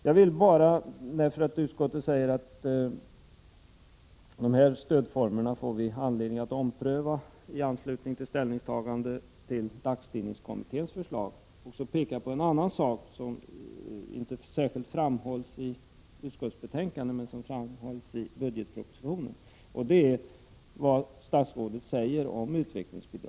Jag vill bara — eftersom utskottet säger att vi får anledning att ompröva de här stödformerna i anslutning till ställningstagandet till dagstidningskommitténs förslag — peka på något annat som inte särskilt framhålls i utskottsbetänkandet men som framhålls i budgetpropositionen. Det är vad statsrådet säger om utvecklingsbidraget.